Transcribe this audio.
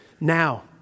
now